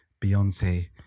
Beyonce